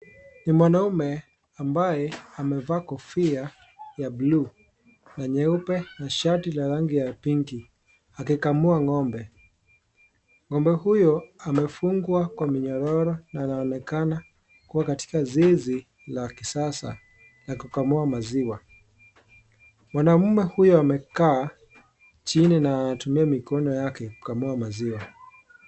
Ni mwanaume ambaye amevaa kofia ya bluu na nyeupe na shati la rangi ya pinki akikamua ngombe. Ngombe huyo amefungwa kwa minyororo na anaonekana kuwa katika zizi la kisasa la kukamua maziwa. Mwanaume huyu amekaa na anatumia mikono yake kukamua maziwa.